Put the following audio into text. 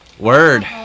word